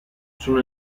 sono